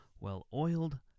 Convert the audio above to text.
well-oiled